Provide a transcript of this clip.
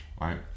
right